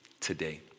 Today